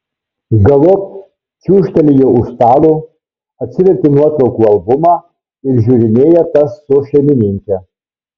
galop čiūžtelėjo už stalo atsivertė nuotraukų albumą ir žiūrinėja tas su šeimininke